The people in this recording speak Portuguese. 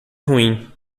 ruim